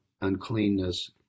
uncleanness